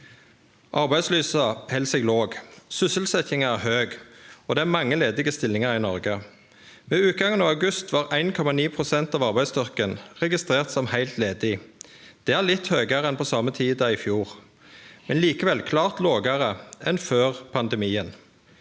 Arbeidsløysa held seg låg, sysselsetjinga er høg, og det er mange ledige stillingar i Noreg. Ved utgangen av august var 1,9 pst. av arbeidsstyrken registrert som heilt ledig. Det er litt høgare enn på same tid i fjor, men likevel klart lågare enn før pandemien.